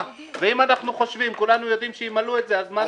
כולנו יודעים שימלאו את זה, אז מה?